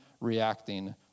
reacting